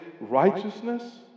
righteousness